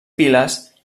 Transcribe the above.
piles